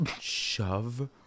shove –